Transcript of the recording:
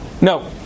No